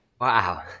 Wow